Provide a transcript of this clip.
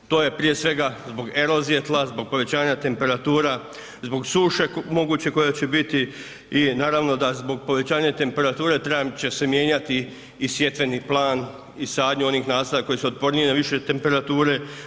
To je prije svega zbog erozije tla, zbog povećanja temperatura, zbog suše moguće koja će biti i naravno da zbog povećanja temperature trebat će se mijenjati i sjetveni plan i sadnja onih nasada koje su otpornije na više temperature.